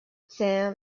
sam